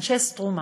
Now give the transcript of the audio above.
אנשי "סטרומה",